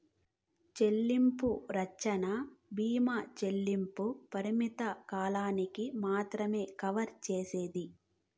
చెల్లింపు రచ్చన బీమా చెల్లింపుల్ని పరిమిత కాలానికి మాత్రమే కవర్ సేస్తాది